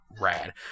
rad